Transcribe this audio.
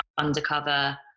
undercover